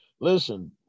listen